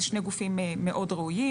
אלה שני גופים מאוד ראויים.